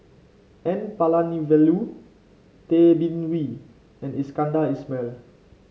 N Palanivelu Tay Bin Wee and Iskandar Ismail